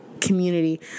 community